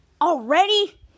already